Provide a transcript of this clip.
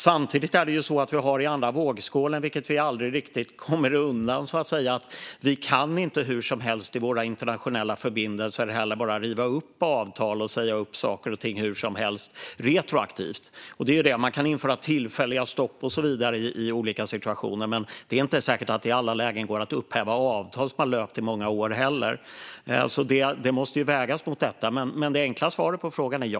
Samtidigt har vi i den andra vågskålen, vilket vi aldrig kommer undan, att vi inte bara kan riva upp avtal och säga upp saker retroaktivt hur som helst i våra internationella förbindelser. Man kan införa tillfälliga stopp och så vidare i olika situationer, men det är inte säkert att det i alla lägen går att upphäva avtal som har löpt i många år. Detta måste vägas in. Det enkla svaret på frågan är ja.